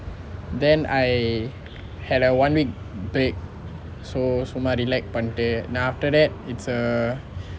then I had a one week break so சும்மா:summaa relax பண்ணிட்டு:pannittu then after that it's a